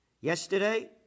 Yesterday